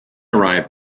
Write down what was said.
arrive